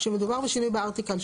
כשמדובר בשינוי בארטיקל,